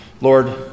Lord